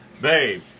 Babe